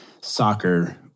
soccer